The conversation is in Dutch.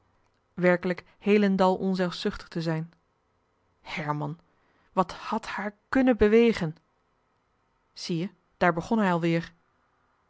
werkelijk heelendal onzelfzuchtig te zijn herman wat had haar kùnnen bewegen zie je daar begon hij al